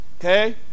Okay